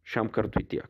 šiam kartui tiek